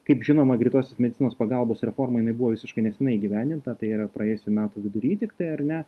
kaip žinoma greitosios medicinos pagalbos reforma jinai buvo visiškai nesenai įgyvendinta tai yra praėjusių metų vidury tiktai ar ne